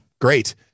great